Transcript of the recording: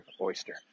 oyster